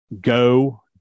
Go